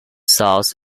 source